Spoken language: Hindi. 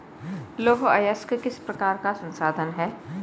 लौह अयस्क किस प्रकार का संसाधन है?